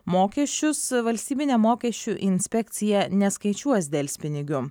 mokesčius valstybinė mokesčių inspekcija neskaičiuos delspinigių